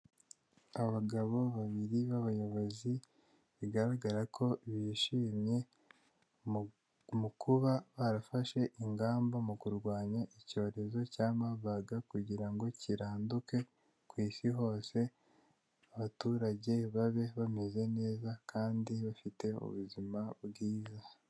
Abagabo babiri b'abayobozi bigaragara ko bishimye mu kuba barafashe ingamba mu kurwanya icyorezo cya mabage kugira ngo kiranduke ku isi hose, abaturage babe bameze neza kandi bafite ubuzima bwiza.